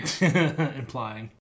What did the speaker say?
Implying